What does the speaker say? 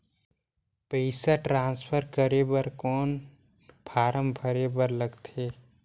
पईसा ट्रांसफर करे बर कौन फारम भरे बर लगथे?